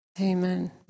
Amen